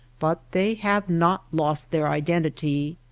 but they have not lost their identity.